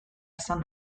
esan